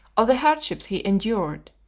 of the hardships he endured,